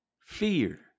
fear